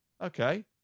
Okay